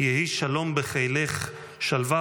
יהי שלום בְּחֵילֵךְ, שלווה